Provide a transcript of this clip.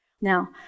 Now